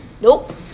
Nope